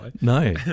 No